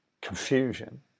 confusion